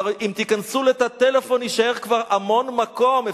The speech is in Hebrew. אם תיכנסו לתא טלפון יישאר כבר המון מקום.